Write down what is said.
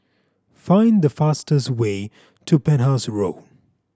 find the fastest way to Penhas Road